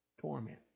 torment